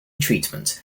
treatment